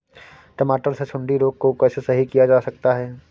टमाटर से सुंडी रोग को कैसे सही किया जा सकता है?